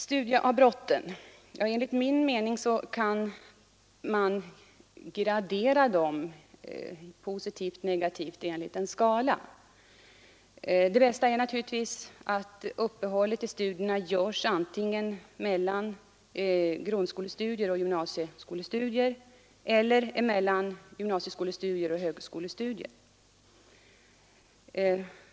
Studieavbrotten kan man enligt min mening gradera positivt—negativt enligt en skala. Bäst är naturligtvis — det är den första punkten på skalan — att uppehållet i studierna görs antingen mellan grundskolestudier och gymnasieskolestudier eller mellan gymnasiestudier och högskolestudier.